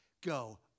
go